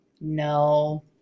No